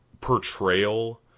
portrayal